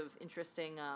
interesting